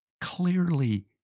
clearly